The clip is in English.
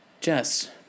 Jess